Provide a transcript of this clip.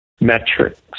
metrics